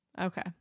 Okay